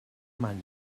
man